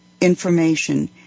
information